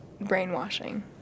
brainwashing